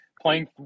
playing